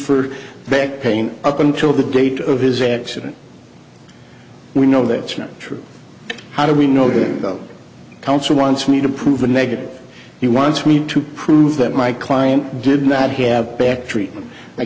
for back pain up until the date of his accident we know that's not true how do we know that the council wants me to prove a negative he wants me to prove that my client did not have bad treatment i